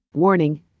warning